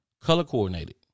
color-coordinated